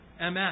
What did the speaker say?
MS